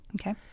Okay